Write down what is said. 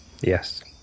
Yes